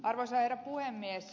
arvoisa herra puhemies